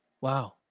Wow